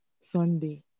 Sunday